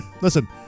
Listen